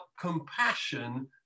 compassion